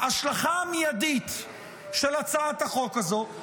ההשלכה המיידית של הצעת החוק הזאת,